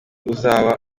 uzaba